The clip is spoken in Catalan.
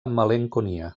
malenconia